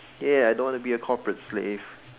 ya I don't want to be a corporate place